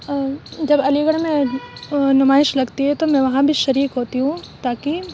جب علی گڑھ میں نمائش لگتی ہے تو میں وہاں بھی شریک ہوتی ہوں تاکہ